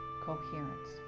coherence